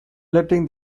letting